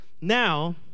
Now